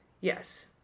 Yes